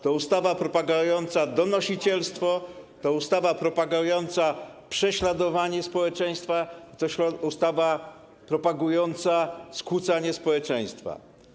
To ustawa propagująca donosicielstwo, to ustawa propagująca prześladowanie społeczeństwa, to ustawa propagująca skłócanie społeczeństwa.